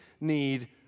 need